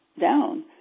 down